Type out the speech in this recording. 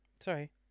Sorry